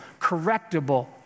correctable